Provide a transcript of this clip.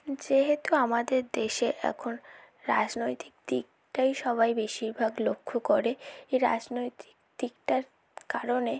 যেহেতু আমাদের দেশে এখন রাজনৈতিক দিকটাই সবাই বেশিরভাগ লক্ষ্য করে এই রাজনৈতিক দিকটার কারণে